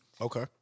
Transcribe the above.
Okay